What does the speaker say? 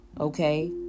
Okay